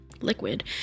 liquid